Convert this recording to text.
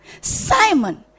Simon